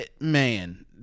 man